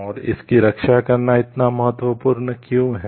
और इसकी रक्षा करना इतना महत्वपूर्ण क्यों है